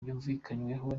bumvikanyeho